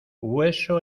hueso